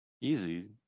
easy